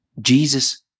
Jesus